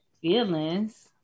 feelings